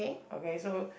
okay so